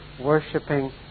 worshipping